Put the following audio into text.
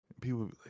People